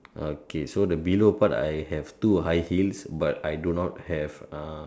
okay so the below part I have two high heels but I do not have ah